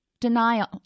denial